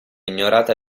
ignorata